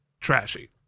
trashy